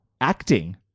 acting